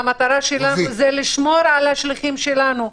המטרה שלנו היא לשמור על השליחים שלנו,